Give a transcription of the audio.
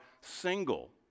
single